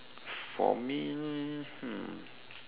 for me hmm